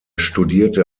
studierte